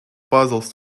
puzzles